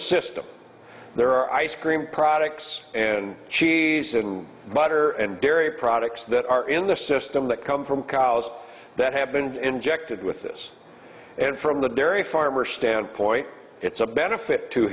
system there are ice cream products and cheese and butter and dairy products that are in the system that come from cows that have been injected with this and from the dairy farmer standpoint it's a benefit to